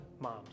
moms